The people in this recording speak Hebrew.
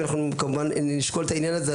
אנחנו כמובן נשקול את העניין הזה.